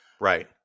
Right